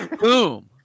Boom